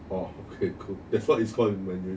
orh okay cool that's what it's called in mandarin